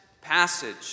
passage